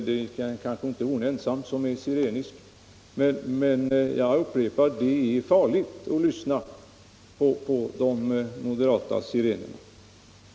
Jag upprepar att det är farligt att lyssna på de moderata sirenerna.